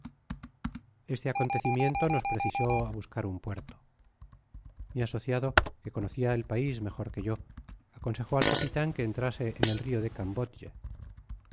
este acontecimiento nos precisó á buscar un puerto mi asociado que conocia el pais mejor que yo aconsejó al capitan que entrase en el rio de